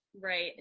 Right